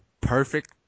perfect